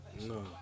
No